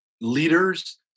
leaders